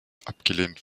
abgelehnt